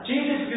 Jesus